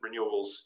renewables